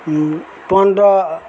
पन्ध्र